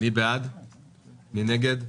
מי נגד?